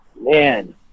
man